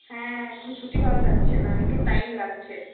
হ্যাঁ এখন ছুটি পাওয়া যাচ্ছে না একটু টাইম লাগছে